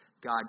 God